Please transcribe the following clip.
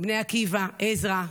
בני עקיבא, עזרא,